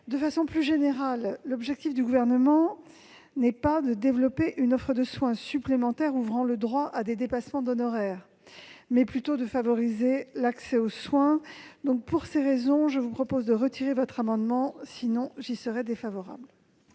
De façon plus générale, l'objectif du Gouvernement n'est pas de développer une offre de soins supplémentaires ouvrant le droit à des dépassements d'honoraires ; il est plutôt de favoriser l'accès aux soins. Madame la sénatrice, je vous propose donc de retirer votre amendement ; à défaut, j'y serai défavorable.